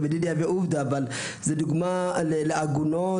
דוגמה לעגונות,